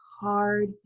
hard